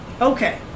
okay